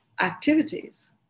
activities